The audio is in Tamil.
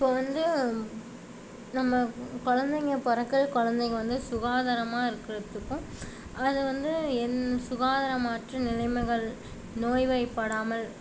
இப்போது வந்து நம்ம குழந்தைகள் பிறக்குற குழந்தைங்கள் வந்து சுகாதாரமாக இருக்கிறதுக்கும் அது வந்து சுகாதாரமற்ற நிலைமைகள் நோய்வாய்ப்படாமல்